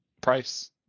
price